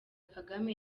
kagame